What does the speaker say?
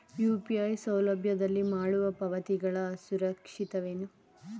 UPI ಸೌಲಭ್ಯದಲ್ಲಿ ಮಾಡುವ ಪಾವತಿಗಳು ಸುರಕ್ಷಿತವೇ?